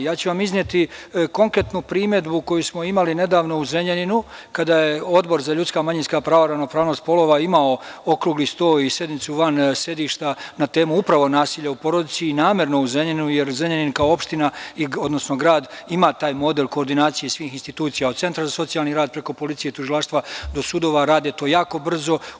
Ja ću vam izneti konkretnu primedbu koju smo imali nedavno u Zrenjaninu, kada je Odbor za ljudska i manjinska prava i ravnopravnost polova imao okrugli sto i sednicu van sedišta, na temu upravo nasilja u porodici, namerno u Zrenjaninu, jer Zrenjanin kao grad ima taj model koordinacija svih institucija, od centra za socijalni rad preko policije, tužilaštva, do sudova, rade to jako brzo.